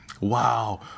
Wow